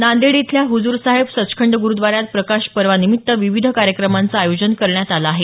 नांदेड इथल्या हुजुर साहेब संखंड गुरुद्वाऱ्यात प्रकाश पर्वानिमित्त विविध कार्यक्रमाचं आयोजन करण्यात आलं आहे